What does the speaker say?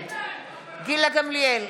נגד גילה גמליאל,